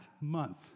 month